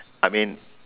I mean